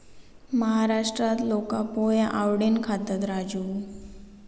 महाराष्ट्रात लोका पोहे आवडीन खातत, राजू